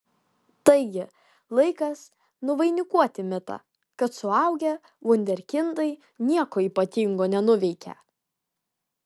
taigi laikas nuvainikuoti mitą kad suaugę vunderkindai nieko ypatingo nenuveikia